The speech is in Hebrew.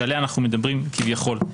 שעליה אנחנו מדברים כביכול,